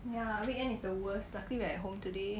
ya weekend is the worst lcuky we are at home today